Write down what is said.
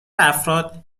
افراد